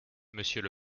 monsieur